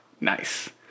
Nice